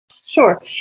Sure